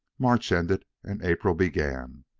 march ended and april began,